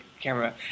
camera